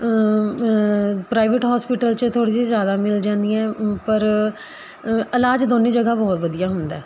private hospital 'ਚ ਥੋੜ੍ਹੀ ਜਿਹੀ ਜ਼ਿਆਦਾ ਮਿਲ ਜਾਂਦੀਆਂ ਪਰ ਅ ਇਲਾਜ ਦੋਨੇਂ ਜਗ੍ਹਾ ਬਹੁਤ ਵਧੀਆ ਹੁੰਦਾ